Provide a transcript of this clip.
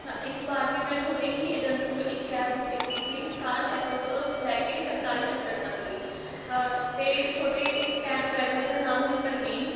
ਮੈਂ ਇਸ ਵਾਰ ਵੀ ਮੈਂ ਤੁਹਾਡੇ ਹੀ ਏਜੰਸੀ ਤੋਂ ਇੱਕ ਕੈਬ ਬੁੱਕ ਕੀਤੀ ਸੀ ਸਤਾਰ੍ਹਾਂ ਸੈਕਟਰ ਤੋਂ ਲੈ ਕੇ ਤਰਤਾਲੀ ਸੈਕਟਰ ਤੱਕ ਦੀ ਅਤੇ ਤੁਹਾਡੇ ਇਸ ਕੈਬ ਡਰਾਈਵਰ ਦਾ ਨਾਮ ਹੈ ਪ੍ਰਵੀਨ